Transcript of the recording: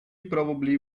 probably